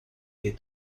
wir